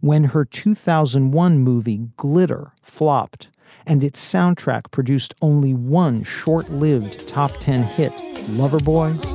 when her two thousand and one movie glitter flopped and its soundtrack produced only one short lived top ten hit loverboy